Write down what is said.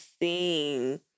seeing